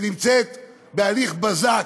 שנמצאת בהליך בזק,